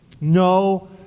no